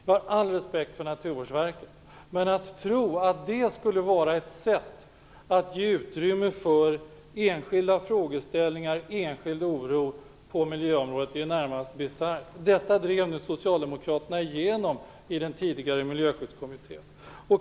Jag har all respekt för Naturvårdsverket, men att tro att det skulle vara ett sätt att ge utrymme för enskilda frågeställningar, enskild oro på miljöområdet är närmast bisarrt. Detta drev socialdemokraterna igenom i den tidigare Miljöskyddskommittén.